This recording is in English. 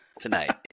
tonight